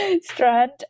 Strand